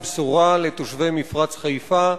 היא בשורה לתושבי מפרץ חיפה,